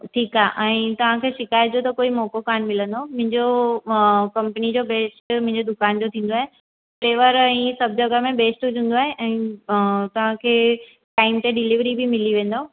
ठीकु आहे ऐं तव्हांखे शिकायत जो त कोई मौक़ो कोन मिलंदो मुंहिंजो कंपनी जो बेस्ट मुंहिंजे दुकान जो थींदो आहे घेवर इहा सभ जॻह में बेस्ट हूंदो आहे ऐं तव्हांखे टाइम ते डिलीवरी बि मिली वेंदव